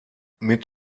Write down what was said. mit